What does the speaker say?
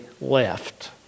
left